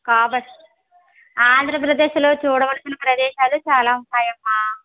కాబ ఆంధ్రప్రదేశ్లో చూడవలసిన ప్రదేశాలు చాలా ఉన్నాయమ్మ